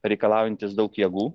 reikalaujantis daug jėgų